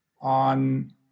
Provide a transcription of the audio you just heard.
on